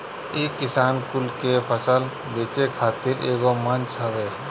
इ किसान कुल के फसल बेचे खातिर एगो मंच हवे